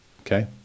Okay